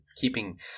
keeping